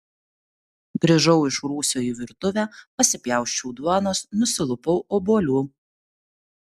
grįžau iš rūsio į virtuvę pasipjausčiau duonos nusilupau obuolių